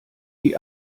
die